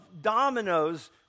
dominoes